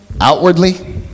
Outwardly